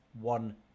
one